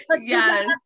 Yes